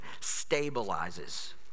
stabilizes